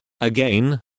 Again